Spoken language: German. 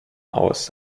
aus